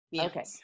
okay